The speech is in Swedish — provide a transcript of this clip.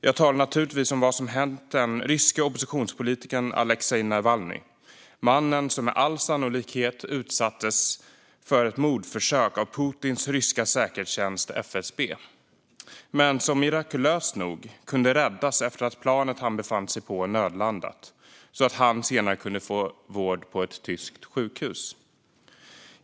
Jag talar naturligtvis om vad som hänt den ryske oppositionspolitikern Aleksej Navalnyj - mannen som med all sannolikhet utsattes för ett mordförsök av Putins ryska säkerhetstjänst FSB men som mirakulöst nog kunde räddas efter att planet han befann sig på nödlandat och att han senare kunde få vård på ett tyskt sjukhus.